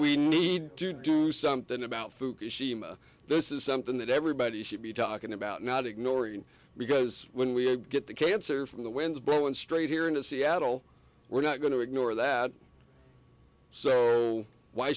we need to do something about fukushima this is something that everybody should be talking about not ignoring because when we get the cancer from the winds blow in straight here into seattle we're not going to ignore that so why